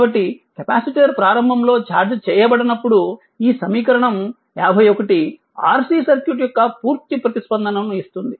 కాబట్టి కెపాసిటర్ ప్రారంభంలో ఛార్జ్ చేయబడనప్పుడు ఈ సమీకరణం 51 RC సర్క్యూట్ యొక్క పూర్తి ప్రతిస్పందనను ఇస్తుంది